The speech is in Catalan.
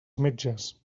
metges